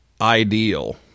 ideal